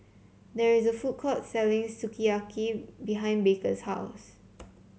there is a food court selling Sukiyaki behind Baker's house